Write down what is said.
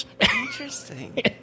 Interesting